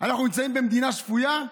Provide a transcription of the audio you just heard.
אנחנו נמצאים במדינה שפויה?